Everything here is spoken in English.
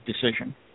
decision